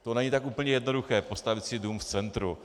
To není tak úplně jednoduché postavit si dům v centru.